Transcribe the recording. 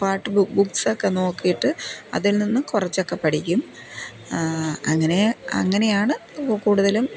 പാട്ട് ബുക് ബുക്സൊക്കെ നോക്കിയിട്ട് അതിൽ നിന്നും കുറച്ചൊക്കെ പഠിക്കും അങ്ങനെ അങ്ങനെയാണ് കൂടുതലും